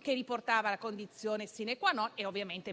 che riportava la *condicio* *sine qua non,* che ovviamente